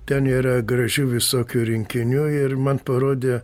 ten yra gražių visokių rinkinių ir man parodė